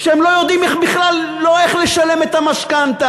כשהם לא יודעים איך בכלל לשלם את המשכנתה.